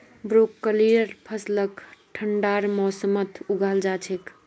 ब्रोकलीर फसलक ठंडार मौसमत उगाल जा छेक